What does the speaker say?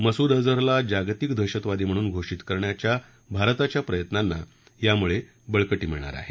मसूद अझहरला जागतिक दहशतवादी म्हणून घोषित करण्याच्या भारताच्या प्रयत्नांना यामुळे बळकटी मिळणार आहे